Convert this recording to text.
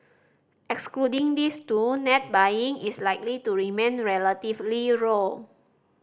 excluding these two net buying is likely to remain relatively low